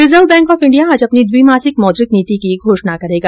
reserve bank आज अपनी द्विमासिक मौद्रिक नीति की घोषणा करेगा